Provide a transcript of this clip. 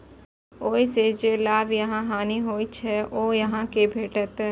ओइ सं जे लाभ या हानि होइ छै, ओ अहां कें भेटैए